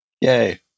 yay